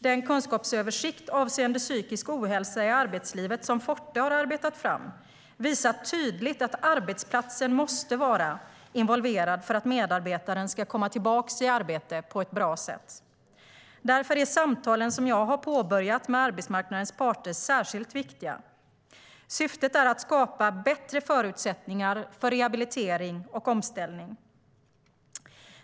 Den kunskapsöversikt avseende psykisk ohälsa i arbetslivet som Forte har arbetat fram visar tydligt att arbetsplatsen måste vara involverad för att medarbetaren ska komma tillbaka i arbete på ett bra sätt. Därför är samtalen som jag har påbörjat med arbetsmarknadens parter särskilt viktiga. Syftet är att skapa bättre förutsättningar för rehabilitering och omställning.